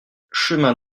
chemin